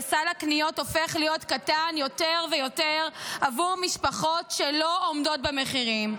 וסל הקניות הופך להיות קטן יותר ויותר עבור משפחות שלא עומדות במחירים.